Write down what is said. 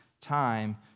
time